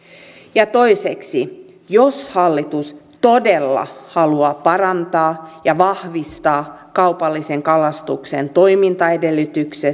ja toiseksi jos hallitus todella haluaa parantaa ja vahvistaa kaupallisen kalastuksen toimintaedellytyksiä